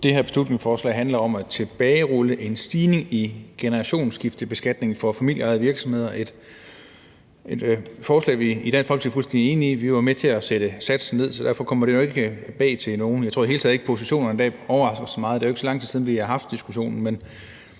Det her beslutningsforslag handler om at tilbagerulle en stigning i generationsskiftebeskatningen for familieejede virksomheder. Det er et forslag, vi i Dansk Folkeparti er fuldstændig enige i. Vi var med til at sætte satsen ned, så derfor kommer det jo ikke bag på nogen. Jeg tror i det hele taget ikke, at positionerne i dag overrasker så meget. Det er jo ikke så lang tid siden, vi har haft diskussionen.